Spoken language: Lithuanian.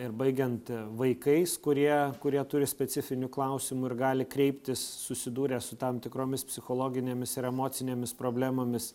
ir baigiant vaikais kurie kurie turi specifinių klausimų ir gali kreiptis susidūrę su tam tikromis psichologinėmis ir emocinėmis problemomis